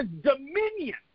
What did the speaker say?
dominion